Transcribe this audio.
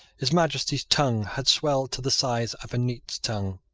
his majesty's tongue had swelled to the size of a neat's tongue.